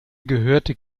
gehörte